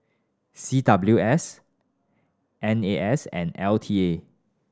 C W S N A S and L T A